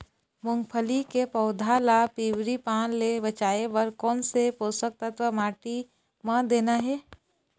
मुंगफली के पौधा ला पिवरी पान ले बचाए बर कोन से पोषक तत्व माटी म देना हे?